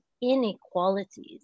inequalities